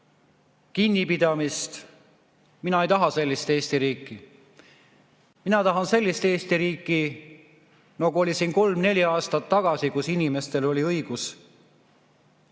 kinnipidamist. Mina ei taha sellist Eesti riiki. Mina tahan sellist Eesti riiki, nagu oli kolm-neli aastat tagasi, kus inimestel oli õigus